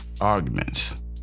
Arguments